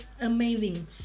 amazing